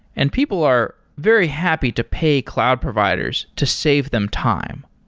and people are very happy to pay cloud providers to save them time.